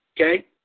okay